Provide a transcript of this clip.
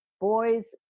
Boys